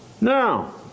Now